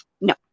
No